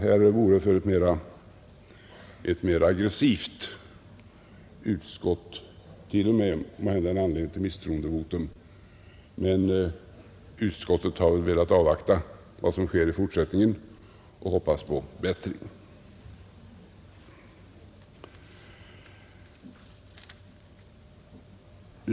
Här vore för ett mer aggressivt utskott t.o.m. en anledning till misstroendevotum, men utskottet har väl velat avvakta vad som sker i fortsättningen och hoppas på bättring.